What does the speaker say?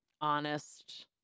honest